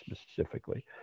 specifically